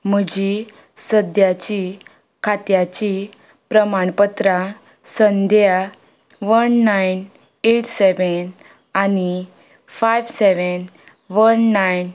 म्हजी सद्याची खात्याची प्रमाणपत्रां सद्या वन नायन एट सेवेन आनी फायव सेवेन वन नायन